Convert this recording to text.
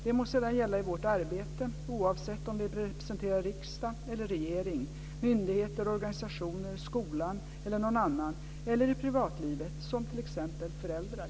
Det må sedan gälla i vårt arbete, oavsett om vi representerar riksdag eller regering, myndigheter, organisationer, skolan eller någon annan eller i privatlivet, som t.ex. föräldrar.